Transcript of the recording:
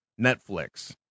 Netflix